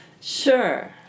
Sure